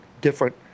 different